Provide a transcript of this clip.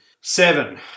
seven